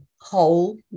hole